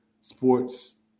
sports